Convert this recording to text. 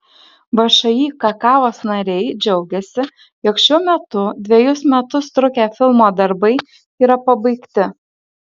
všį kakavos nariai džiaugiasi jog šiuo metu dvejus metus trukę filmo darbai yra pabaigti